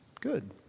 good